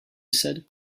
said